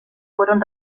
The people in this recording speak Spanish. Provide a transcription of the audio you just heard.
fueron